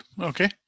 okay